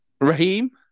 Raheem